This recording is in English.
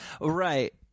right